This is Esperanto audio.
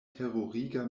teruriga